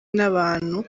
n’abantu